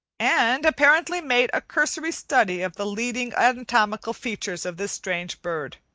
and apparently made a cursory study of the leading anatomical features of this strange bird